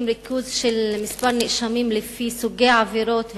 ריכוז של מספר נאשמים לפי סוגי עבירות ועונשים,